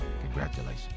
congratulations